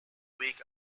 week